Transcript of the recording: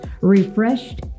refreshed